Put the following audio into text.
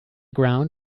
ground